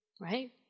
right